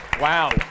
Wow